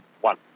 One